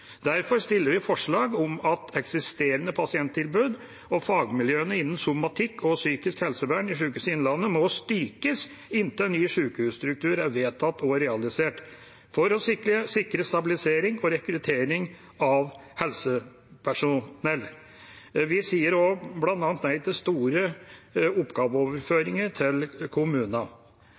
Derfor stiller vi forslag om at eksisterende pasienttilbud og fagmiljøene innen somatikk og psykisk helsevern i Sykehuset Innlandet må styrkes inntil ny sykehusstruktur er vedtatt og realisert, for å sikre stabilisering og rekruttering av helsepersonell. Vi sier bl.a. nei til store oppgaveoverføringer til